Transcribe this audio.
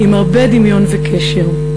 עם הרבה דמיון וקשר.